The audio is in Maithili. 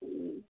हूँ